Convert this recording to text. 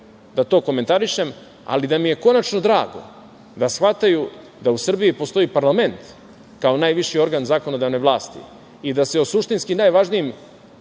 da to komentarišem, ali da mi je konačno drago da shvataju da u Srbiji postoji parlament kao najviši organ zakonodavne vlasti i da se o suštinski najvažnijim